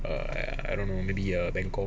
err I don't know maybe err bangkok